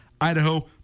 Idaho